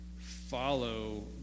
follow